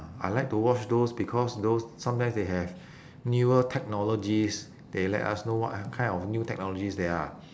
ah I like to watch those because those sometimes they have newer technologies they let us know what kind of new technologies there are